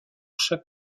chaque